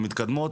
המתקדמות,